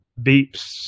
beeps